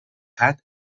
hat